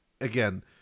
again